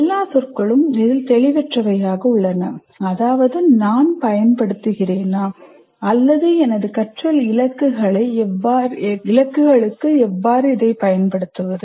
எல்லா சொற்களும் தெளிவற்றவை அதாவது நான் பயன்படுத்துகிறேனா அல்லது எனது கற்றல் இலக்குகளை எவ்வாறு பயன்படுத்துவது